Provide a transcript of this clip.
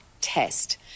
test